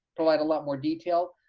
provide a lot more detail.